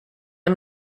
i’m